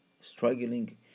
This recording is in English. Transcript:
struggling